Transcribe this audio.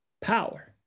power